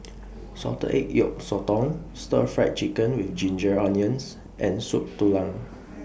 Salted Egg Yolk Sotong Stir Fried Chicken with Ginger Onions and Soup Tulang